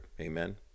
amen